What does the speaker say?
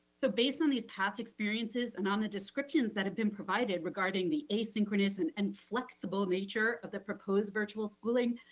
so based on these past experiences and on the descriptions that have been provided regarding the asynchronous and and flexible nature of the proposed virtual schooling,